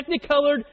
technicolored